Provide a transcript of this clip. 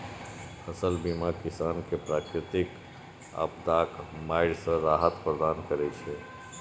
फसल बीमा किसान कें प्राकृतिक आपादाक मारि सं राहत प्रदान करै छै